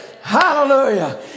Hallelujah